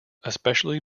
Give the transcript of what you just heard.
especially